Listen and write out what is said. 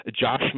josh